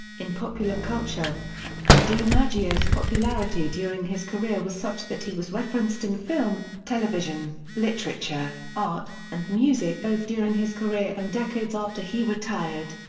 in popular culture dimaggio's popularity during his career was such that he was referenced in film television, literature, art, and music both during his career and decades after he retired.